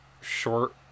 short